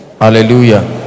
Hallelujah